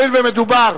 הואיל ומדובר